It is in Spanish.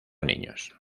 niños